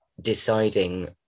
deciding